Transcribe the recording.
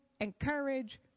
encourage